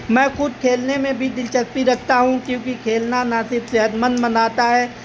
میں خود کھیلنے میں بھی دلچسپی رکھتا ہوں کیونکہ کھیلنا نہ صرف صحت مند بناتا ہے